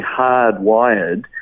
hardwired